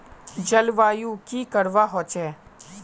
जलवायु की करवा होचे?